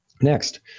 Next